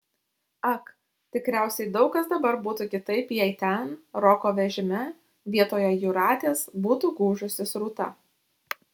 ak tikriausiai daug kas dabar būtų kitaip jei ten roko vežime vietoje jūratės būtų gūžusis rūta